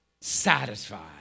Satisfied